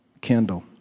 Kendall